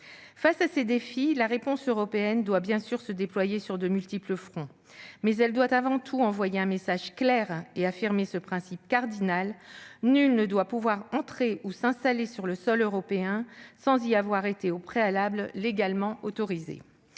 Face à ces défis, la réponse européenne doit bien évidemment se déployer sur de multiples fronts, mais elle doit avant tout envoyer un message clair et affirmer ce principe cardinal : nul ne doit pouvoir entrer ou s'installer sur le sol européen sans y avoir été au préalable légalement autorisé.